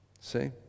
see